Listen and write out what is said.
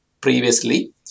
previously